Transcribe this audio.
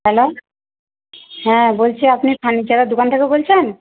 hello হ্যাঁ বলছি আপনি ফার্নিচারের দোকান থেকে বলছেন